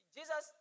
Jesus